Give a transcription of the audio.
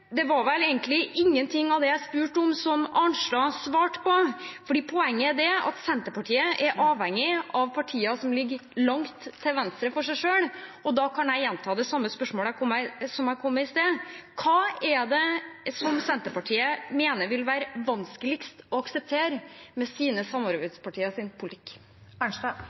Det var vel egentlig ingenting av det jeg spurte om, som representanten Arnstad svarte på. Poenget er at Senterpartiet er avhengig av partier som ligger langt til venstre for dem selv, og da kan jeg gjenta spørsmålet som jeg kom med i stad: Hva er det Senterpartiet mener vil være vanskeligst å akseptere med sine samarbeidspartiers politikk?